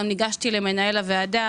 גם ניגשתי למנהל הוועדה,